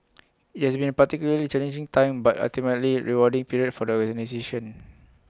IT has been A particularly challenging time but ultimately rewarding period for the organisation